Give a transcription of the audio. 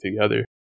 together